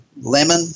lemon